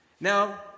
now